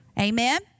Amen